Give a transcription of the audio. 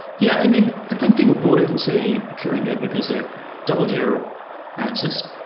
yeah, i mean i think people bought into coringa because it doubled your ounces.